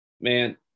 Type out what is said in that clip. Man